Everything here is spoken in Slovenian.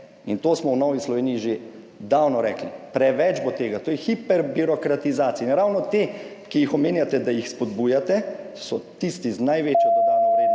To smo v Novi Sloveniji že davno rekli, preveč bo tega. To je hiperbirokratizacija. In ravno ti, ki jih omenjate, da jih spodbujate, so tisti z največjo dodano vrednostjo